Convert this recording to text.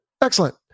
excellent